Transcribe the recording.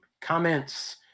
comments